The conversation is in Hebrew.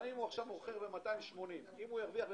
אם הוא ירוויח ב-260,